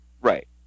Right